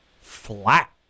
flat